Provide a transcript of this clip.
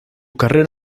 carrera